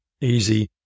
easy